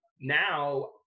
now